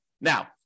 Now